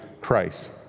Christ